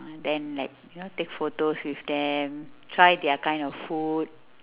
then like you know take photos with them try their kind of food